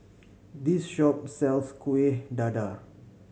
this shop sells Kuih Dadar